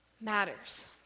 matters